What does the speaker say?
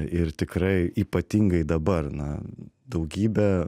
ir tikrai ypatingai dabar na daugybė